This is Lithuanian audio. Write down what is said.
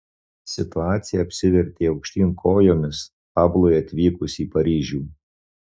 situacija apsivertė aukštyn kojomis pablui atvykus į paryžių